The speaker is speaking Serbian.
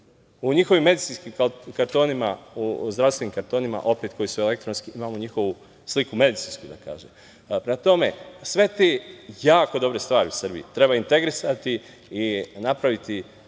U njihovim medicinskim kartonima, u zdravstvenim kartonima opet koji su elektronski imamo njihovu sliku medicinsku. Prema tome, sve te jako dobre stvari u Srbiji treba integrisati i napraviti